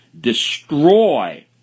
destroy